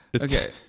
okay